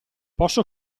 posso